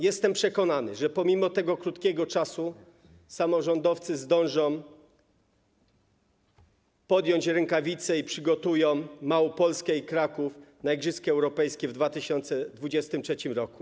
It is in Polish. Jestem przekonany, że pomimo tego krótkiego czasu samorządowcy zdążą podjąć rękawicę i przygotują Małopolskę i Kraków na igrzyska europejskie w 2023 r.